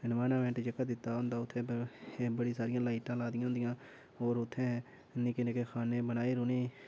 environment जेह्का दित्ता दा होंदा उत्थै एह् बड़ियां सरियां लाइटां ला दियां होंदिया होर उत्थें निक्के निक्के खान्ने बनाई'र उ'नेंगी